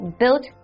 built